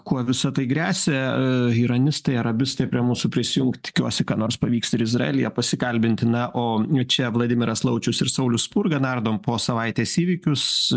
kuo visa tai gresia iranistai arabistai prie mūsų prisijung tikiuosi ką nors pavyks ir izraelyje pasikalbinti na o čia vladimiras laučius ir saulius spurga nardom po savaitės įvykius